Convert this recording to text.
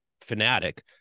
fanatic